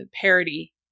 parody